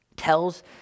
tells